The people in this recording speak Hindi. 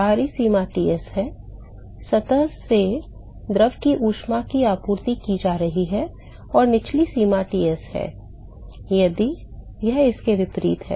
ऊपरी सीमा Ts है सतह से द्रव को ऊष्मा की आपूर्ति की जा रही है और निचली सीमा Ts है यदि यह इसके विपरीत है